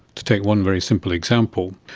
to take one very simple example,